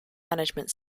management